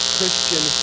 Christian